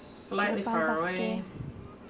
Gopal Baske